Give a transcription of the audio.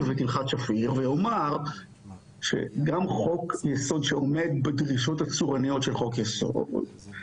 שגם חוק יסוד שעומד בדרישות הצורניות של חוק יסוד,